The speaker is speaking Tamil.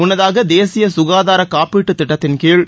முன்னதாக தேசிய சுகாதார காப்பீட்டுத் திட்டத்தின்கீழ்